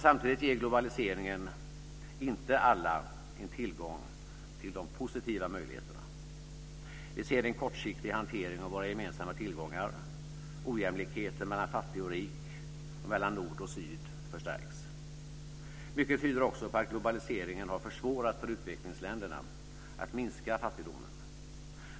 Samtidigt ger globaliseringen inte alla tillgång till de positiva möjligheterna. Vi ser en kortsiktig hantering av våra gemensamma tillgångar, ojämlikheter mellan fattig och rik och mellan nord och syd förstärks. Mycket tyder också på att globaliseringen har försvårat för utvecklingsländerna att minska fattigdomen.